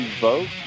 vote